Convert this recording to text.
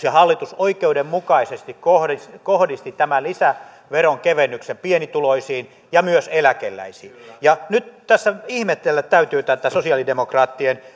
ja hallitus oikeudenmukaisesti kohdisti tämän lisäveronkevennyksen pienituloisiin ja myös eläkeläisiin ja nyt ihmetellä täytyy tätä sosialidemokraattien